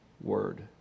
word